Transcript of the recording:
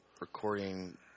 recording